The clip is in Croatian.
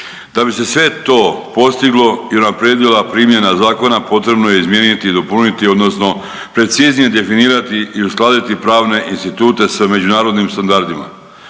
Da bi se sve to postiglo i unaprijedila primjena zakona, potrebno je izmijeniti i dopuniti odnosno preciznije definirati i uskladiti pravne institute s međunarodnim standardima.